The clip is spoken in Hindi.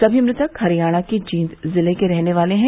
सभी मृतक हरियाणा के जींद जिले के रहने वाले हैं